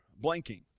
blinking